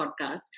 podcast